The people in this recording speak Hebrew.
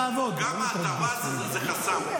גם הטבות זה חסם.